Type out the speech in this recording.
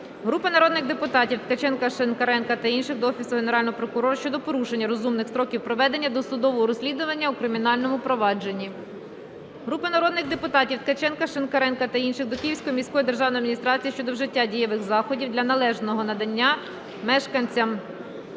Групи народних депутатів (Ткаченка, Шинкаренка та інших) до Офісу Генерального прокурора щодо порушення розумних строків проведення досудового розслідування у кримінальному провадженні. Групи народних депутатів (Ткаченка, Шинкаренка та інших) до Київської міської державної адміністрації щодо вжиття дієвих заходів для належного надання мешканцям